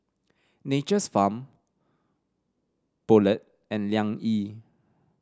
Nature's Farm Poulet and Liang Yi